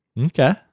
Okay